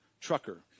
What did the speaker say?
trucker